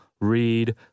read